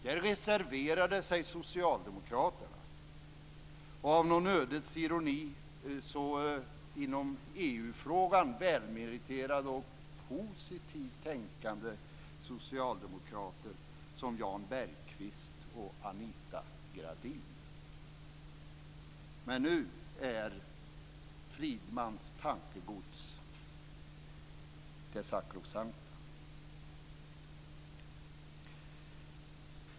Där reserverade sig socialdemokraterna, av någon ödets ironi i EU-frågan välmeriterade och positivt tänkande socialdemokrater som Jan Bergqvist och Anita Gradin. Men nu är Friedmans tankegods sakrosankt. Fru talman!